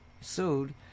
sued